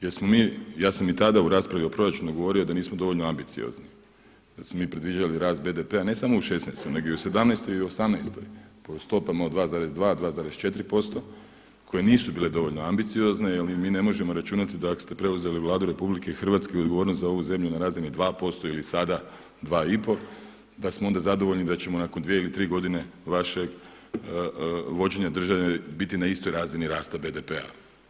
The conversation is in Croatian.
Ja sam i tada u raspravi o proračunu govorio da nismo dovoljno ambiciozni jer smo mi predviđali rast BDP-a ne samo u 2016. nego i u 2017. i 2018. koji stopama od 2,2, 2,4% koje nisu bile dovoljno ambiciozne jer mi ne možemo računati da ako ste preuzeli Vladu RH i odgovornost za ovu zemlju na razini 2% ili sada 2,5 da smo onda zadovoljni da ćemo nakon 2 ili 3 godine vašeg vođenja države biti na istoj razini rasta BDP-a.